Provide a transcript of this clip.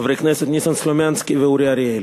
חברי הכנסת ניסן סלומינסקי ואורי אריאל,